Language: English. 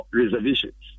reservations